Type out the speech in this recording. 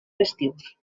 festius